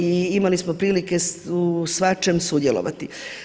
I imali smo prilike u svačem sudjelovati.